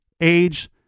age